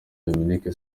dominique